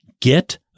Get